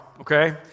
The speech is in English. okay